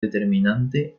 determinante